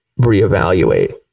reevaluate